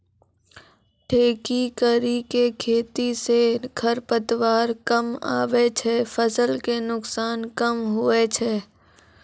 ठेकी करी के खेती से खरपतवार कमआबे छै फसल के नुकसान कम हुवै छै